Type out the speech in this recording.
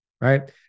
right